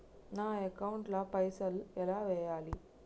నా అకౌంట్ ల పైసల్ ఎలా వేయాలి?